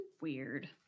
weird